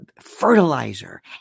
fertilizer